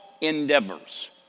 endeavors